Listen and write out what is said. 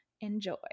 Enjoy